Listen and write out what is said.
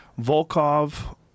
Volkov